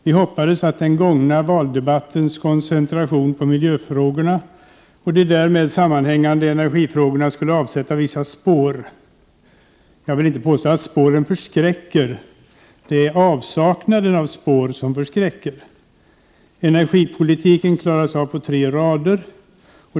Vi hoppades att den gångna valdebattens koncentration till miljöfrågorna och de därmed sammanhängande energifrågorna skulle avsätta vissa spår. Jag vill inte påstå att spåren förskräcker. Det är avsaknaden av spår som förskräcker. Energipolitiken klarades av på tre rader.